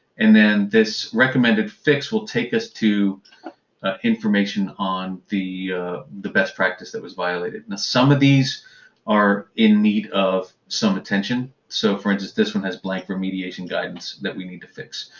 and then this recommended fix will take us to information on the the best practice that was violated. and some of these are in need of some attention. so for instance this one has blank for mediation guidance that we need to fix.